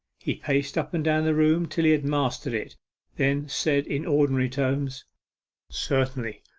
he paced up and down the room till he had mastered it then said in ordinary tones certainly,